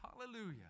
Hallelujah